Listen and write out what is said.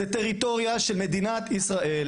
זו טריטוריה של מדינת ישראל.